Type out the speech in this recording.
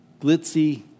glitzy